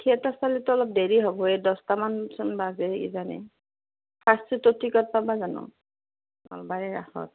theatre চালেটো অলপ দেৰি হ'বই দহটা মান চোন বাজেই কিজানি ফাৰ্ষ্ট শ্ব'টোৰ টিকট পাবা জানো নলবাৰী ৰাসৰ